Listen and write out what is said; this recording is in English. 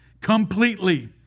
completely